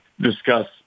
discuss